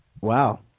Wow